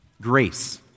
Grace